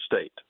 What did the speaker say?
state